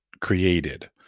created